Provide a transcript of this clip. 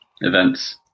events